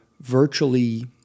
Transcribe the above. virtually